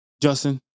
Justin